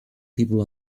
people